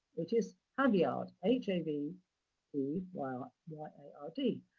it is haveyard, h a v e y y a r d.